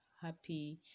Happy